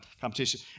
competition